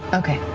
okay,